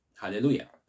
Hallelujah